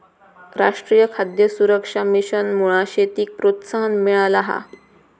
राष्ट्रीय खाद्य सुरक्षा मिशनमुळा शेतीक प्रोत्साहन मिळाला हा